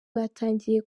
batangiye